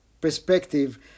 perspective